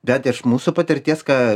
bet iš mūsų patirties ką